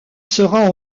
sera